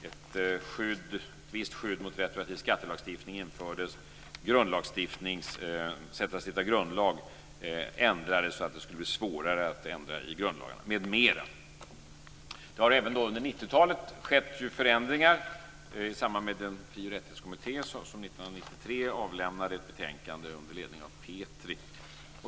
Ett visst skydd mot retroaktiv skattelagstiftning infördes, och sättet att stifta grundlag ändrades så att det skulle bli svårare att ändra i grundlagarna m.m. Det har även skett förändringar under 90-talet i samband med den fri och rättighetskommitté som Petri.